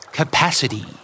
Capacity